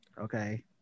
okay